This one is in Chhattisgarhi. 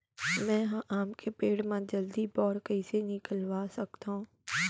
मैं ह आम के पेड़ मा जलदी बौर कइसे निकलवा सकथो?